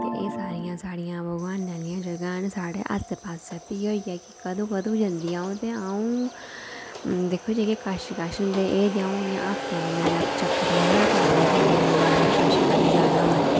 ते एह् सारियां साढ़ियां भगवान आह्लियां जगह् न साढ़ै आसै पास्सै फ्ही होई गेआ कि कदूं कदूं जंदियां ते अऊं दिक्खो जेह्का कश कश होंदे एह् ते अऊं इयां हफ्तै ते चक मेरा चक्कर लगदा गै ऐ इनें जगह दा मतलब अगर कश कश जाना होवै